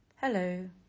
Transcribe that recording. Hello